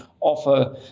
offer